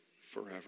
forever